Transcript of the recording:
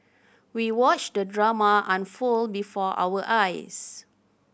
we watched the drama unfold before our eyes